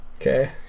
Okay